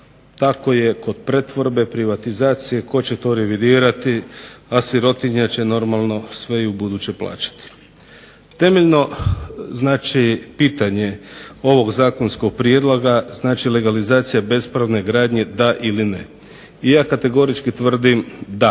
tako je kod pretvorbe, privatizacije, tko će to revidirati, a sirotinja će normalno sve i ubuduće plaćati. Temeljno znači pitanje ovog zakonskog prijedloga znači legalizacija bespravne gradnje da ili ne? Ja kategorički tvrdim da,